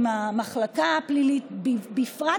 עם המחלקה הפלילית בפרט.